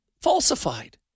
falsified